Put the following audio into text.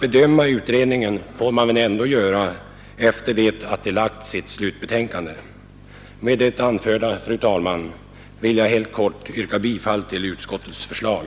Bedöma utredningen får man göra efter det att den lagt fram sitt slutbetänkande. Med det anförda, fru talman, ber jag att få yrka bifall till utskottets förslag.